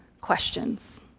questions